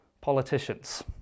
politicians